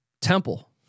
Temple